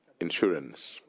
insurance